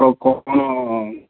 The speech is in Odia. ଓ କ'ଣ